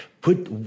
Put